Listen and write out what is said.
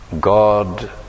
God